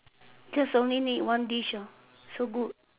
just only need one dish hor so good